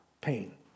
pain